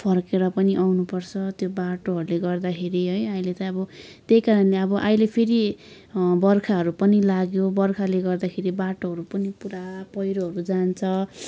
फर्केर पनि आउनु पर्छ त्यो बाटोहरूले गर्दाखेरि है अहिले चाहिँ अब त्यही कारणले अब अहिले फेरि बर्खाहरू पनि लाग्यो बर्खाले गर्दाखेरि बाटोहरू पनि पुरा पहिरोहरू जान्छ